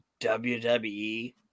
WWE